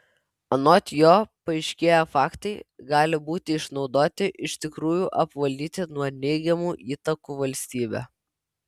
anot jo paaiškėję faktai gali būti išnaudoti iš tikrųjų apvalyti nuo neigiamų įtakų valstybę